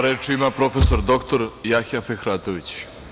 Reč ima prof. dr Jahja Fehratović.